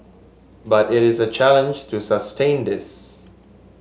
but it is a challenge to sustain this